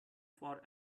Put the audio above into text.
for